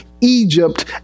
Egypt